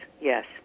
yes